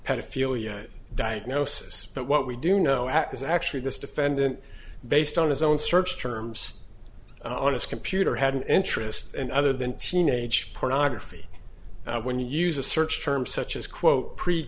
pedophilia diagnosis but what we do know at is actually this defendant based on his own search terms on his computer had an interest in other than teenage pornography when you use a search term such as quote